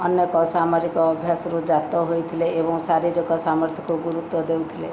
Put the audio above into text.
ଅନେକ ସାମରିକ ଅଭ୍ୟାସରୁ ଜାତ ହୋଇଥିଲେ ଏବଂ ଶାରୀରିକ ସାମର୍ଥ୍ୟକୁ ଗୁରୁତ୍ୱ ଦେଉଥିଲେ